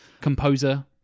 composer